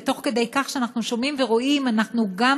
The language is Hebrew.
ותוך כדי כך שאנחנו שומעים ורואים אנחנו גם